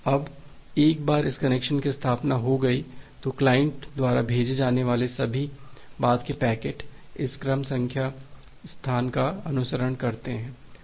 अब एक बार इस कनेक्शन की स्थापना हो गयी तो क्लाइंट द्वारा भेजे जाने वाले सभी बाद के पैकेट इस क्रम संख्या स्थान का अनुसरण करते हैं